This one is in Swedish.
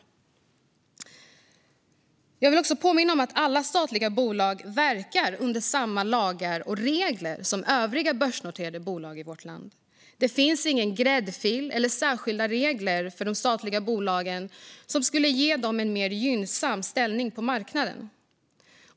Jag vill också påminna om att alla statliga bolag verkar under samma lagar och regler som övriga börsnoterade bolag i vårt land. Det finns inte någon gräddfil eller några särskilda regler för de statliga bolagen som skulle ge dem en mer gynnsam ställning på marknaden.